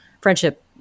friendship